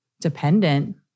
dependent